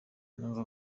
numva